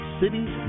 cities